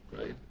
right